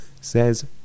says